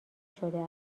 شده